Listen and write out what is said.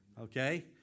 okay